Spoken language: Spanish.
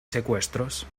secuestros